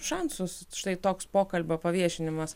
šansus štai toks pokalbio paviešinimas